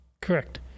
Correct